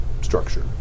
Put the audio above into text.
structure